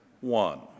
one